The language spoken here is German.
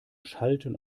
schalten